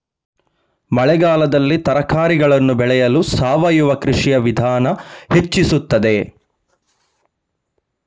ಮಳೆಗಾಲದಲ್ಲಿ ತರಕಾರಿಗಳನ್ನು ಬೆಳೆಯಲು ಸಾವಯವ ಕೃಷಿಯ ವಿಧಾನ ಹೆಚ್ಚಿಸುತ್ತದೆ?